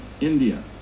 India